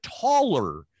taller